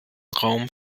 raum